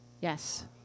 Yes